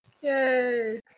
Yay